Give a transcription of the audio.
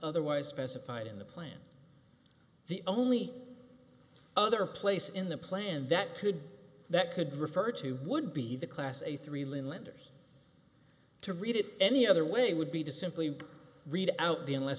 otherwise specified in the plan the only other place in the plan that could that could refer to would be the class a three lane landers to read it any other way would be to simply read out the unless